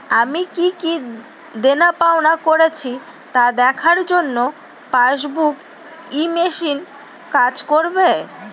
আমি কি কি দেনাপাওনা করেছি তা দেখার জন্য পাসবুক ই মেশিন কাজ করবে?